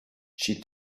she